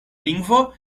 lingvo